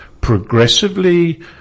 progressively